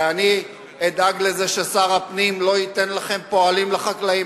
ואני אדאג לזה ששר הפנים לא ייתן פועלים לחקלאים,